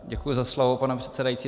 Děkuji za slovo, pane předsedající.